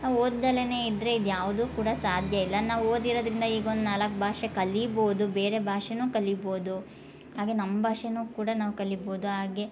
ನಾವು ಓದ್ದಲನೆ ಇದ್ದರೆ ಇದ್ಯಾವ್ದು ಕೂಡ ಸಾಧ್ಯ ಇಲ್ಲ ನಾವು ಓದಿರೋದರಿಂದ ಈಗ ಒಂದು ನಾಲ್ಕು ಭಾಷೆ ಕಲಿಬೋದು ಬೇರೆ ಭಾಷೆನು ಕಲಿಬೋದು ಹಾಗೆ ನಮ್ಮ ಭಾಷೆನು ಕೂಡ ನಾವು ಕಲಿಬೋದು ಹಾಗೆ